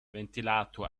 ventilator